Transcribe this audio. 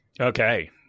Okay